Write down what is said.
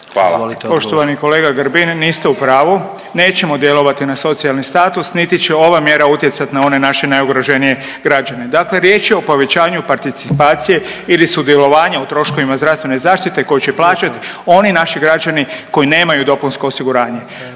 (HDZ)** Poštovani kolega Grbin, niste u pravu. Nećemo djelovati na socijalni status niti će ova mjera utjecati na one naše najugroženije građane. Dakle riječ je o povećanju participacije ili sudjelovanja u troškovima zdravstvene zaštite koji će plaćati oni naši građani koji nemaju dopunsko osiguranje.